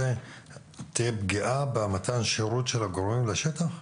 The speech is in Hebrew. תהיה פגיעה במתן השירות של הגורמים לשטח?